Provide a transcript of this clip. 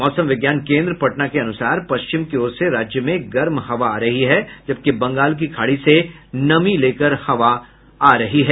मौसम विज्ञान केन्द्र पटना के अनुसार पश्चिम की ओर से राज्य में गर्म हवा आ रही है जबकि बंगाल की खाड़ी से नमी लेकर हवा आ रही है